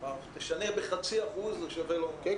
הוא אמר תשנה בחצי אחוז, זה שווה לו יותר.